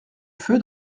feu